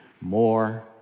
more